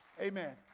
amen